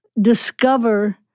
discover